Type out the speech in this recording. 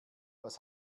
was